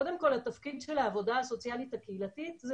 קודם כל התפקיד של העבודה הסוציאלית הקהילתית זה